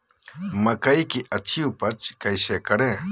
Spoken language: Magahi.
मकई की अच्छी उपज कैसे करे?